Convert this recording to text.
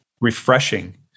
refreshing